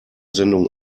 sendung